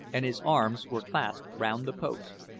and his arms were clasped round the post.